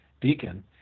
beacon